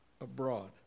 abroad